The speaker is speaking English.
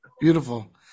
Beautiful